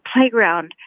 playground